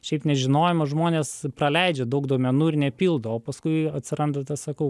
šiaip nežinojimo žmonės praleidžia daug duomenų ir nepildo o paskui atsiranda tas sakau